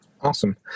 Awesome